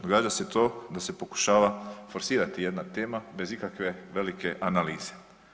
Događa se to da se pokušava forsirati jedna tema bez ikakve velike analize.